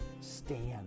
stand